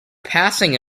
passing